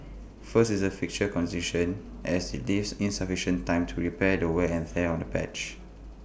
first is A fixture congestion as IT leaves insufficient time to repair the wear and tear on the pitch